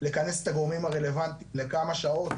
לכנס את הגורמים הרלוונטיים לכמה שעות,